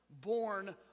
born